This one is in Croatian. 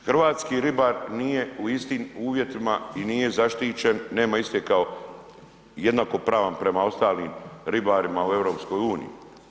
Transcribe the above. I hrvatski ribar nije u istim uvjetima i nije zaštićen, nema iste kao, jednakopravan prema ostalim ribarima u EU-u.